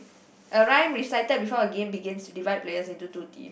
a rhyme recited before a game begin divide players into two teams